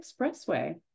Expressway